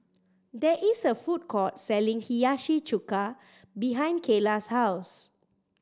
there is a food court selling Hiyashi Chuka behind Kaela's house